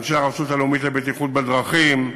אנשי הרשות הלאומית לבטיחות בדרכים.